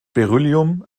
beryllium